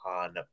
on